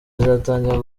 zizatangira